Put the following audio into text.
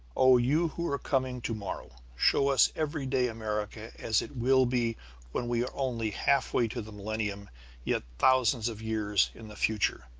oh you who are coming to-morrow, show us everyday america as it will be when we are only halfway to the millennium yet thousands of years in the future!